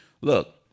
look